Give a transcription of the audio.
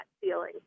feeling